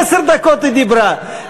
עשר דקות היא דיברה.